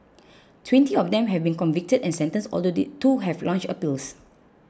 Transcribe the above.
twenty of them have been convicted and sentenced although two have launched appeals